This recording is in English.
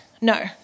No